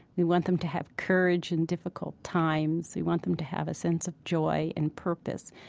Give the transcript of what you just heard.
we want them to have courage in difficult times. we want them to have a sense of joy and purpose.